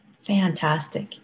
fantastic